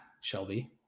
Shelby